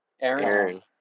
Aaron